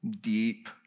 deep